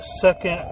second